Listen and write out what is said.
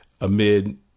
amid